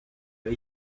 uko